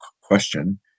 question